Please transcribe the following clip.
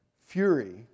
Fury